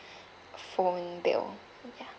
phone bill ya